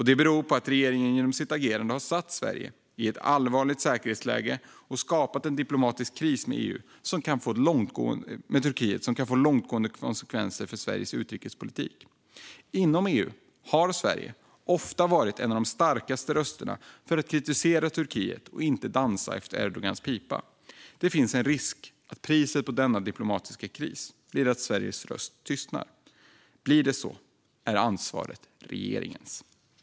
Det beror på att regeringen genom sitt agerande har satt Sverige i ett allvarligt säkerhetsläge och skapat en diplomatisk kris med Turkiet som kan få långgående konsekvenser för Sveriges utrikespolitik. Inom EU har Sverige ofta varit en av de starkaste rösterna för att kritisera Turkiet och inte dansa efter Erdogans pipa. Det finns en stor risk att priset för denna diplomatiska kris blir att Sveriges röst tystnar. Blir det så är ansvaret regeringens.